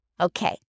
Okay